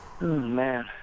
man